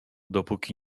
dopóki